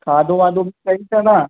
खाधो वाधो बि चई छॾा